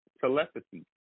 telepathy